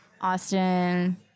Austin